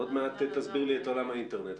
עוד מעט תסביר לי את עולם האינטרנט.